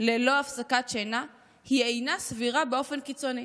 ללא הפסקת שינה אינה סבירה באופן קיצוני.